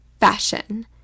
fashion